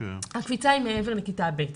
הקפיצה היא מעבר לכיתה ב'.